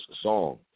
song